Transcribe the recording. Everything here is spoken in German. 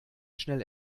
schnell